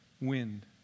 wind